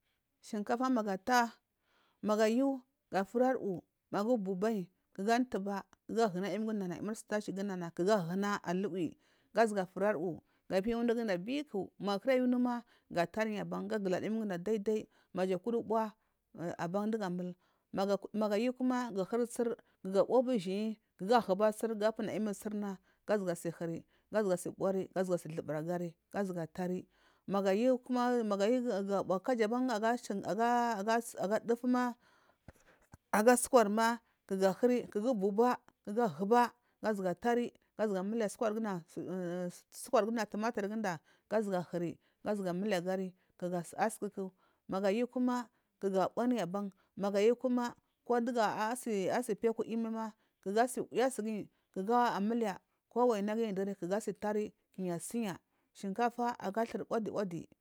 Shinkafa maga ata magu ayu ga afuri aruwu gu bubayi gu buba ga ahina iyimi ginda ga ahuna aluwi gu zuwa firi ar uwu ga piya unu gunda biku magu kara yu unuma ga piya yi abara ga gilari iyimi ginda maja kura ubuwa aba a dugu amulu magu ayu kuma gu ahiri tsir gu buba ga huba ga puna iyimin tsirna ga zuwa buwari guzuwa duburi agari maga ayu ku ma ma ayu guba kaja aya dufuma aga usukurma ga duri gu buba gu zu tari guwa muli usukur ginda usukur ginda tumatur ginda gu zuwa nalo agari maga asukuma ga abunji ahan magu ayu kana ko dugu asiyi afiya aka iyimi ma ga siya wuya sugayi kodu amula waina guyi ayari ga sayu tari ga siya shinkafa aga thur uwadi uwadi